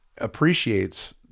appreciates